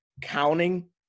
counting